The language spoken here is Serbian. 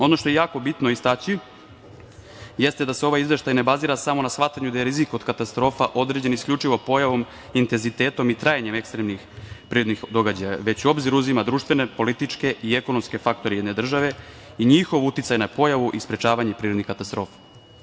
Ono što je jako bitno istaći jeste da se ovaj izveštaj ne bazira samo na shvatanju da je rizik od katastrofa određen isključivo pojavom, intenzitetom i trajanjem ekstremnih prirodnih događaja, već u obzir uzima društvene, političke i ekonomske faktore jedne države i njihov uticaj na pojavu i sprečavanje prirodnih katastrofa.